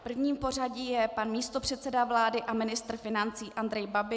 Prvním v pořadí je pan místopředseda vlády a ministr financí Andrej Babiš.